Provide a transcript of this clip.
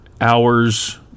hours